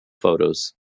photos